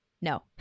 No